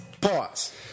pause